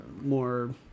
more